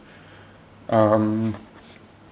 um